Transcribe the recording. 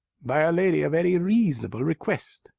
by'r lady, a very reasonable request,